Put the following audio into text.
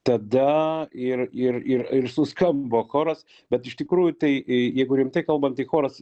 tada ir ir ir ir suskambo choras bet iš tikrųjų tai jeigu rimtai kalbant tai choras